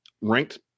ranked